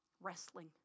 wrestling